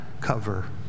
cover